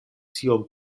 tiom